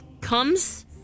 comes